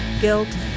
guilt